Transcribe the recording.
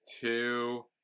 Two